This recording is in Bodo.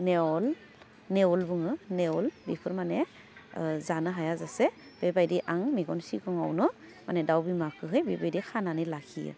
नेवल नेवल बुङो नेवल बेफोर माने ओह जानो हाया जासे बेबायदि आं मेगन सिगाङावनो माने दाउ बिमाखोहै बेबायदि खानानै लाखियो